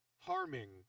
harming